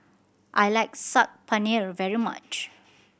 I like Saag Paneer very much